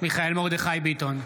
מיכאל מרדכי ביטון,